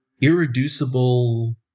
irreducible